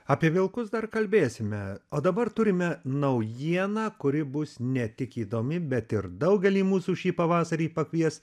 apie vilkus dar kalbėsime o dabar turime naujieną kuri bus ne tik įdomi bet ir daugelį mūsų šį pavasarį pakvies